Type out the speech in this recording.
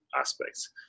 aspects